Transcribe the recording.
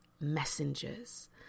messengers